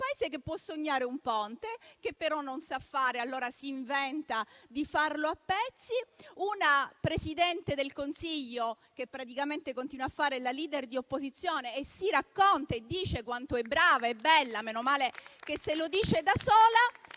che può sognare un ponte che però non sa fare, allora si inventa di farlo a pezzi; una Presidente del Consiglio che praticamente continua a fare la *leader* di opposizione e si racconta e dice quanto è brava e bella (meno male che se lo dice da sola),